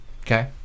Okay